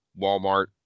Walmart